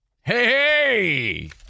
Hey